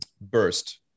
burst